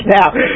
now